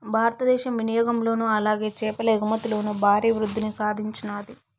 భారతదేశం వినియాగంలోను అలాగే చేపల ఎగుమతిలోను భారీ వృద్దిని సాధించినాది